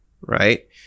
right